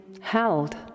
held